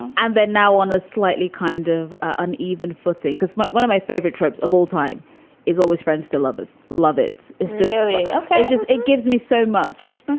and then now on a slightly kind of uneven footing because but one of my favorite trips of all time is always friends to love is love. it is just so yeah ok. it just it gives me so much,